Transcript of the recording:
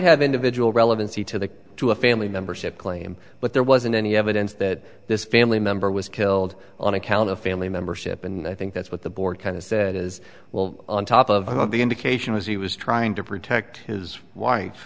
have individual relevancy to the to a family member ship claim but there wasn't any evidence that this family member was killed on account of a family member ship and i think that's what the board kind of said as well on top of the indication was he was trying to protect his wife